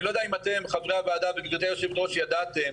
אני לא יודע אם אתם חברי הוועדה וכבודי היו"ר ידעתם,